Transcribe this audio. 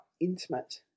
intimate